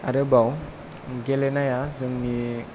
आरोबाव गेलेनाया जोंनि